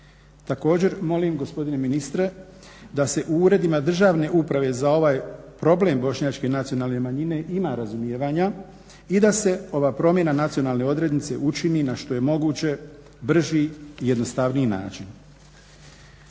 Također, molim gospodine ministre da se u uredima državne uprave za ovaj problem bošnjačke nacionalne manjine ima razumijevanja i da se ova promjena nacionalne odrednice učini na što je moguće brži i jednostavniji način.